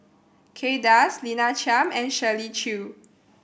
Kay Das Lina Chiam and Shirley Chew